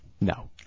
No